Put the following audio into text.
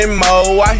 more